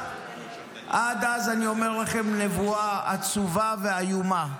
עד אז אני אומר לכם נבואה עצובה ואיומה: